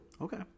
okay